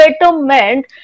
betterment